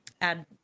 add